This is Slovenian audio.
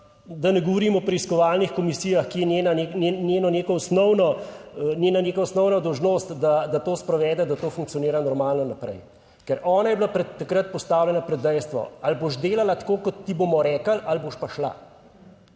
da ne govorim o preiskovalnih komisijah, ki je njeno neko osnovno, njena neka osnovna dolžnost, da to sprovede, da to funkcionira normalno naprej, ker ona je bila takrat postavljena pred dejstvo, ali boš delala tako, kot ti bomo rekli ali boš pa šla.